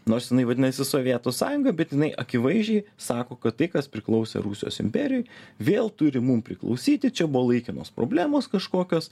nors jinai vadinasi sovietų sąjunga bet jinai akivaizdžiai sako kad tai kas priklausė rusijos imperijoj vėl turi mum priklausyti čia buvo laikinos problemos kažkokios